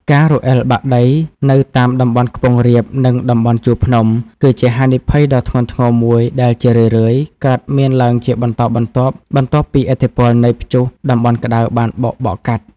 ការរអិលបាក់ដីនៅតាមតំបន់ខ្ពង់រាប និងតំបន់ជួរភ្នំ គឺជាហានិភ័យដ៏ធ្ងន់ធ្ងរមួយដែលជារឿយៗកើតមានឡើងជាបន្តបន្ទាប់បន្ទាប់ពីឥទ្ធិពលនៃព្យុះតំបន់ក្ដៅបានបោកបក់កាត់។